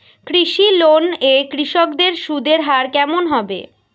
কৃষি লোন এ কৃষকদের সুদের হার কেমন হবে?